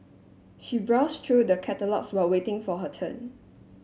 she browse through the catalogues while waiting for her turn